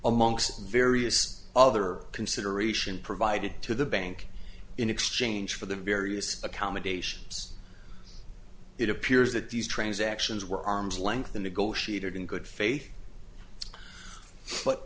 amongst various other consideration provided to the bank in exchange for the various accommodations it appears that these transactions were arm's length the negotiated in good faith but